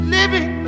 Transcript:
Living